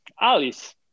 Alice